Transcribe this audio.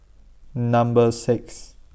Number six